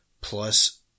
plus